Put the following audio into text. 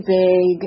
big